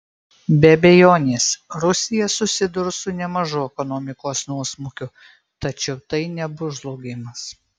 be abejonės rusija susidurs su nemažu ekonomikos nuosmukiu tačiau tai nebus žlugimas